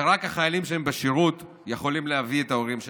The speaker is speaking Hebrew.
ורק החיילים שהם בשירות יכולים להביא את ההורים שלהם.